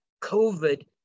COVID